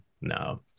No